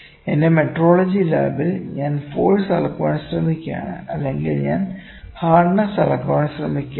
എന്റെ മെട്രോളജി ലാബിൽ ഞാൻ ഫോഴ്സ് അളക്കാൻ ശ്രമിക്കുകയാണ് അല്ലെങ്കിൽ ഞാൻ ഹാർഡ്നെസ് അളക്കാൻ ശ്രമിക്കുകയാണ്